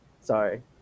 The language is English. sorry